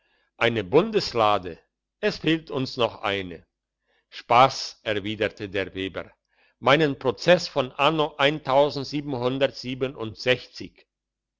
eine bundeslade es fehlt uns noch eine spass erwiderte der weber meinen prozess von anno